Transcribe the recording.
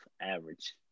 average